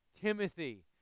Timothy